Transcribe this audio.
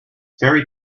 fairy